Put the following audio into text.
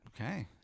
Okay